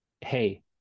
hey